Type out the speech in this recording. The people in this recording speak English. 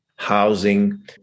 housing